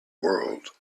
world